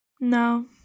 no